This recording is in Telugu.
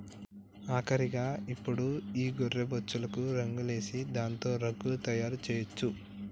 ఆఖరిగా ఇప్పుడు ఈ గొర్రె బొచ్చులకు రంగులేసి దాంతో రగ్గులు తయారు చేయొచ్చు